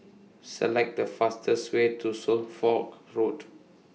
Select The fastest Way to Suffolk Road